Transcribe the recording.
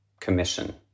commission